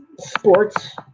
Sports